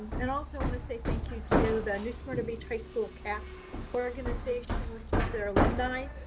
and also wanna say thank you to the new smyrna beach high school caps for organization, which is their alumni.